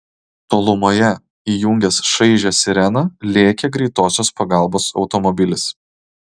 tolumoje įjungęs šaižią sireną lėkė greitosios pagalbos automobilis